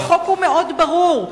החוק ברור מאוד.